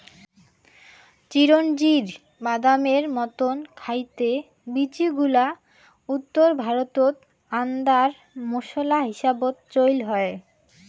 চিরোঞ্জির বাদামের মতন খাইতে বীচিগুলা উত্তর ভারতত আন্দার মোশলা হিসাবত চইল হয়